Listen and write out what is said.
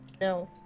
No